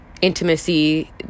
intimacy